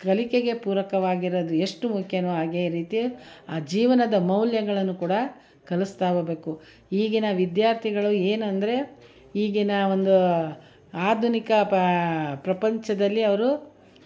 ಕಲಿಕೆಗೆ ಪೂರಕವಾಗಿರೋದು ಎಷ್ಟು ಮುಖ್ಯವೋ ಹಾಗೆ ರೀತಿ ಆ ಜೀವನದ ಮೌಲ್ಯಗಳನ್ನು ಕೂಡ ಕಲಿಸ್ತಾ ಹೋಗ್ಬೇಕು ಈಗಿನ ವಿದ್ಯಾರ್ಥಿಗಳು ಏನೆಂದರೆ ಈಗಿನ ಒಂದು ಆಧುನಿಕ ಪ್ರಪಂಚದಲ್ಲಿ ಅವರು